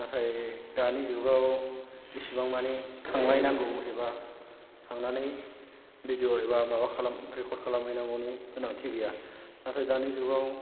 नाथाय दानि जुगाव इसेबां माने थांलायनांगौ एबा थांनानै भिडिय' एबा माबा खालाम रेकर्ड खालाम हैनांगौनि गोनांथि गैया नाथाय दानि जुगाव